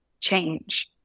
change